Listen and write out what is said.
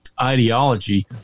ideology